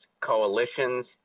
coalitions